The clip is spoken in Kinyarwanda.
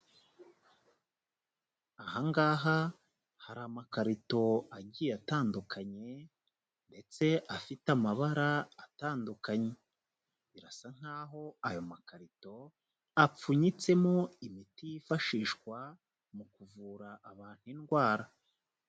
Ahangaha hari amakarito agiye atandukanye ndetse afite amabara atandukanye, birasa naho ayo makarito apfunyitsemo imiti yifashishwa mu kuvura abantu indwara.